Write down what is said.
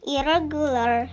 Irregular